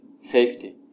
safety